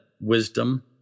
wisdom